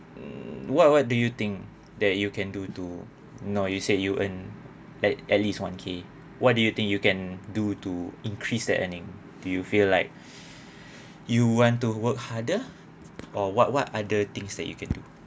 mm what what do you think that you can do to you know you said you earn like at least one k what do you think you can do to increase that earning do you feel like you want to work harder or what what other things that you can do